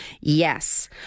Yes